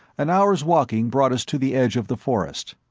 an hour's walking brought us to the edge of the forest.